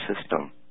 system